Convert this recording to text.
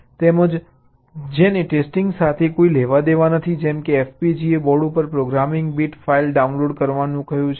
તેમજ જેને ટેસ્ટીંગ સાથે કોઈ લેવાદેવા નથી જેમ કે મેં FPGA બોર્ડ ઉપર પ્રોગ્રામિંગ બીટ ફાઈલો ડાઉનલોડ કરવાનું કહ્યું છે